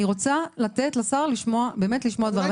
אני רוצה לתת לשר להשמיע את הדברים.